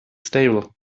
stable